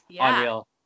unreal